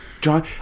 John